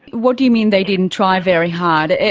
what do you mean they didn't try very hard?